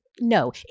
no